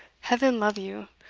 heaven love you,